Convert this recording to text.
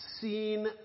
seen